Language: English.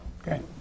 okay